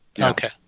Okay